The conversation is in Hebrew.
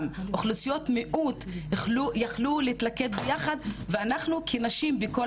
אוכלוסיות מיעוט יכלו להתלכד ביחד ואנחנו כנשים בכל